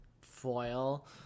foil